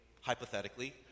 hypothetically